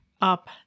up